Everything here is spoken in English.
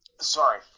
Sorry